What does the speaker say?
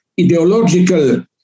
ideological